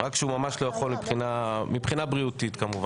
רק כשהוא ממש לא יכול מבחינה בריאותית, כמובן.